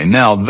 now